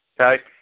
Okay